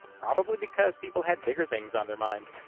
probably because people had bigger things on their mind.